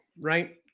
right